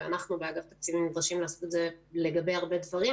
ואנחנו באגף התקציבים נדרשים לעשות את זה לגבי הרבה דברים,